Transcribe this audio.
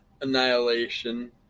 Annihilation